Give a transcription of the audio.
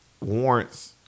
warrants